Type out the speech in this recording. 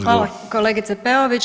Hvala kolegice Peović.